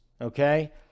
okay